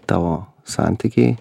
tavo santykiai